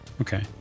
Okay